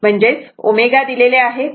म्हणजेच ω दिलेले आहे